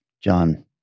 John